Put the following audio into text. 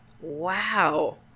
Wow